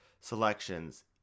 selections